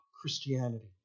Christianity